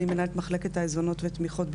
אני מנהלת מחלקת העיזבונות ותמיכות,